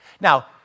Now